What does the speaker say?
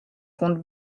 compte